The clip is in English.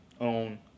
own